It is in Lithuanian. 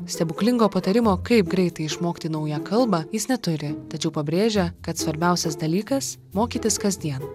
stebuklingo patarimo kaip greitai išmokti naują kalbą jis neturi tačiau pabrėžia kad svarbiausias dalykas mokytis kasdien